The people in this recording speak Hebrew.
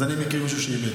אז אני מכיר מישהו שאיבד.